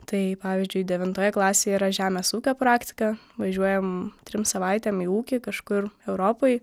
tai pavyzdžiui devintoje klasėje yra žemės ūkio praktika važiuojam trim savaitėm į ūkį kažkur europoj